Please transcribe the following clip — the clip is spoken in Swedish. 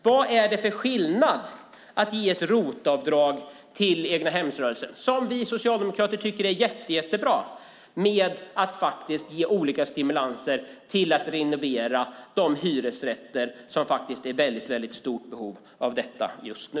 Vad är det för skillnad mellan att ge ett ROT-avdrag till egnahemsrörelsen - vilket vi socialdemokrater tycker är jättebra - och att ge olika stimulanser till att renovera de hyresrätter som är i väldigt stort behov av detta just nu?